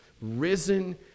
risen